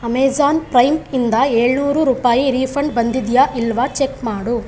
Amazon Prime ಇಂದ ಏಳು ನೂರು ರೂಪಾಯಿ ರೀಫಂಡ್ ಬಂದಿದೆಯಾ ಇಲ್ವ ಚೆಕ್ ಮಾಡು